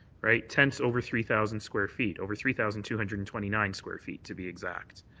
right, tents over three thousand square feet, over three thousand two hundred and twenty nine square feet to be exact.